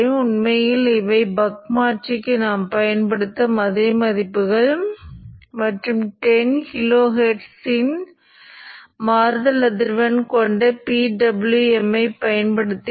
இது உண்மையில் கோர் மீட்டமைக்கும் மின்னோட்டமாகும் இது மையத்திற்குள் ஃப்ளக்ஸை மீட்டமைத்து அடுத்த மாறுதல் சுழற்சியில் செயல்படத் தயாராகும்